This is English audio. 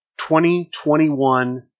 2021